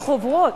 מחוברות.